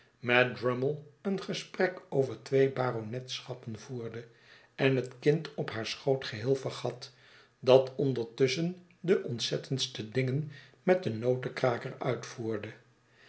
met drummle een gesprek over twee baronetschappen voerde en het kind op haar schoot geheel vergat dat ondertusschen de ontzettendste dingen met den notenkraker uitvoerde